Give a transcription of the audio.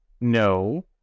No